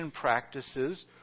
practices